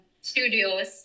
studios